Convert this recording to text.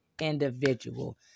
individual